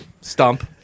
Stump